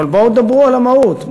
אבל בואו דברו על המהות.